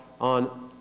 on